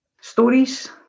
stories